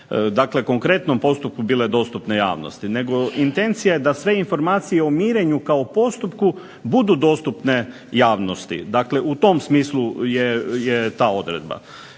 dakle o konkretnom postupku bile dostupne javnosti, nego intencija je da sve informacije o mirenju kao o postupku budu dostupne javnosti. Dakle u tom smislu je ta odredba.